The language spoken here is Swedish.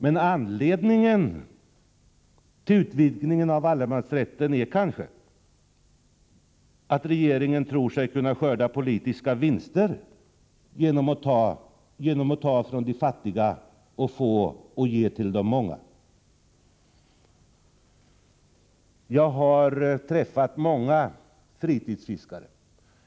Men anledningen till utvidgningen av allemansrätten är kanske att regeringen tror sig kunna skörda politiska vinster genom att ta från de fattiga och få och ge till de många. Jag har träffat många fritidsfiskare.